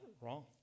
wrong